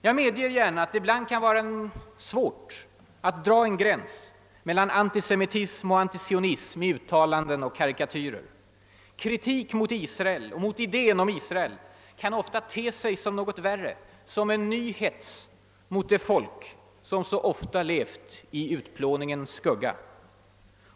Jag medger gärna att det kan vara svårt ibland att dra en gräns mellan antisemitism och antisionism i uttalanden och karikatyrer. Kritik mot Israel och mot idén om Israel kan ofta te sig som något värre, som en ny hets mot det folk som så ofta levt i utplåningens skugga.